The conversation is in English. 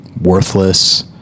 worthless